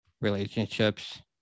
relationships